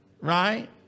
Right